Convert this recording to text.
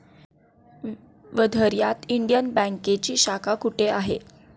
वर्ध्यात इंडियन बँकेची शाखा कुठे आहे?